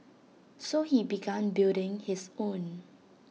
so he began building his own